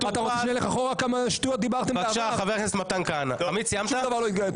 אחורה, כמה שטויות דיברתם --- שום דבר לא יקרה.